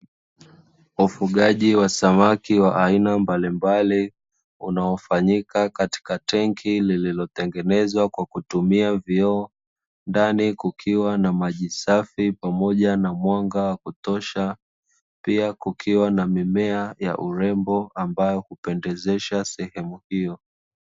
Ufugaji wa samaki wa aina mbalimbali, unaofanyika katika tenki lililotengenezwa kwa kutumia vioo, ndani kukiwa na maji safi pamoja na mwanga wa kutosha, pia kukiwa na mimea ya urembo ambayo hupendezesha sehemu hiyo.